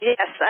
Yes